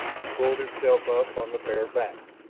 and pulled himself up on the bare back.